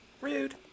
Rude